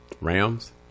Rams